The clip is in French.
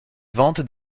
vente